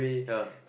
yeah